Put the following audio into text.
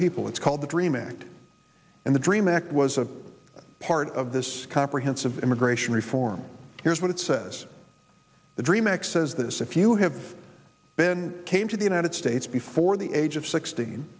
people it's called the dream act and the dream act was a part of this comprehensive immigration reform here's what it says the dream act says this if you have been came to the united states before the age of sixteen